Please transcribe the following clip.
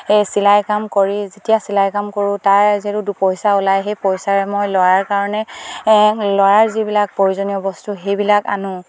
চিলাই কাম কৰি যেতিয়া চিলাই কাম কৰোঁ তাৰ যিহেতু দু পইচা ওলায় সেই পইচাৰে মই ল'ৰাৰ কাৰণে ল'ৰাৰ যিবিলাক প্ৰয়োজনীয় বস্তু সেইবিলাক আনো